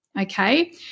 Okay